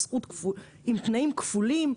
היא זכות עם תנאים כפולים,